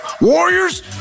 Warriors